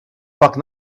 parc